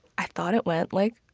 i thought it went, like,